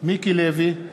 מיקי לוי,